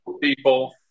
people